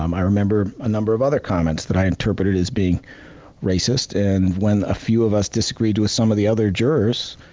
um i remember a number of other comments that i interpreted as being racists. and when a few of us disagreed with some of the other jurors,